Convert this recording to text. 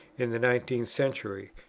in the nineteenth century.